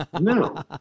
No